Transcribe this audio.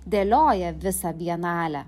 dėlioja visą bienalę